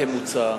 כמוצע.